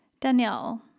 Danielle